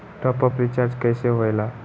Top up recharge कइसे होएला?